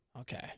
Okay